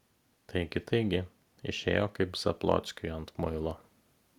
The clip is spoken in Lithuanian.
taigi taigi išėjo kaip zablockiui ant muilo